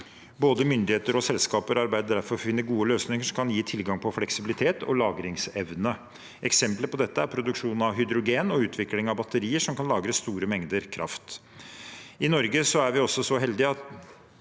Både myndigheter og selskaper arbeider derfor for å finne gode løsninger som kan gi tilgang på fleksibilitet og lagringsevne. Eksempler på dette er produksjon av hydrogen og utvikling av batterier som kan lagre store meng